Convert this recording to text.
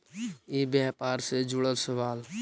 ई व्यापार से जुड़ल सवाल?